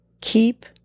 keep